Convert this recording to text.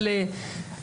ספר,